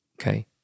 Okay